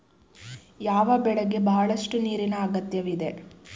ಯಾವ ಬೆಳೆಗೆ ಬಹಳಷ್ಟು ನೀರಿನ ಅಗತ್ಯವಿದೆ?